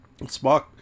Spock